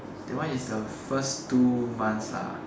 that one is the first two months lah